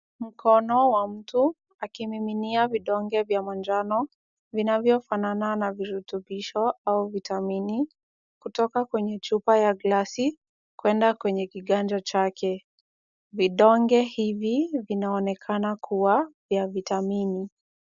Mkono wa mtu akimiminia vidonge vya manjano vinavyofanana na virutubisho au vitamini, kutoka kwenye chupa ya glasi kwenda kwenye kiganja chake. Vidonge hivi vinaoneka kuwa vya vitamini.